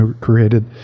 created